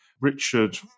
Richard